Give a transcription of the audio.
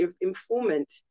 informant